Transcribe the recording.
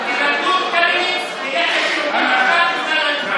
תבטלו את קמיניץ, נלך לשירותים בזמן ההצבעה.